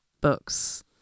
books